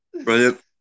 Brilliant